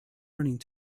running